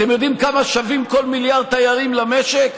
אתם יודעים כמה שווים כל מיליארד תיירים למשק?